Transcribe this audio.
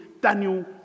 Daniel